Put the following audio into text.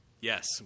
Yes